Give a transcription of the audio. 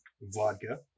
vodka